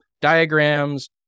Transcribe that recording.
diagrams